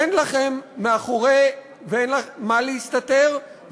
אין לכם מאחורי מה להסתתר,